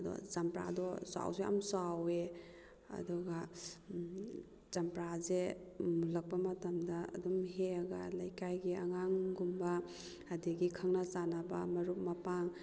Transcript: ꯑꯗꯣ ꯆꯝꯄꯔꯥꯗꯣ ꯆꯥꯎꯁꯨ ꯌꯥꯝꯅ ꯆꯥꯎꯑꯦ ꯑꯗꯨꯒ ꯆꯝꯄꯔꯥꯁꯦ ꯃꯨꯜꯂꯛꯄ ꯃꯇꯝꯗ ꯑꯗꯨꯝ ꯍꯦꯛꯑꯒ ꯂꯩꯀꯥꯏꯒꯤ ꯑꯉꯥꯡꯒꯨꯝꯕ ꯑꯗꯨꯗꯒꯤ ꯈꯪꯅ ꯆꯥꯟꯅꯕ ꯃꯔꯨꯞ ꯃꯄꯥꯡ